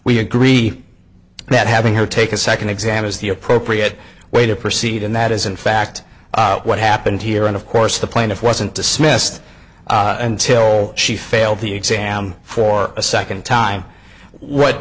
we agree that having her take a second exam is the appropriate way to proceed and that is in fact what happened here and of course the plaintiff wasn't dismissed until she failed the exam for a second time what